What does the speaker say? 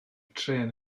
trên